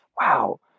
wow